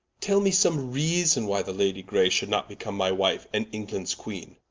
tell me some reason, why the lady grey should not become my wife, and englands queene?